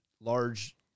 large